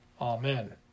Amen